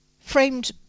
framed